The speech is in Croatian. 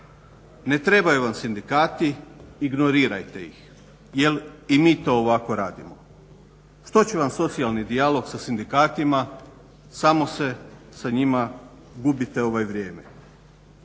Ne trebaju vam sindikati ignorirajte ih jer i mi to ovako radimo. Što će vam socijalni dijalog sa sindikatima samo se sa njima gubite vrijeme.